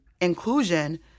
inclusion